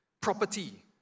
Property